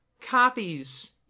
copies